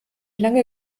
lange